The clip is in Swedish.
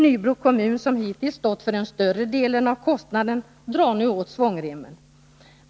Nybro kommun, som hittills stått för den större delen av kostnaden, drar nu åt svångremmen.